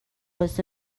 was